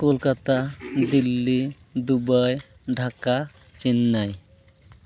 Kolkata Delhi Dubai Dhaka Chennai